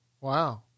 Wow